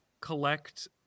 collect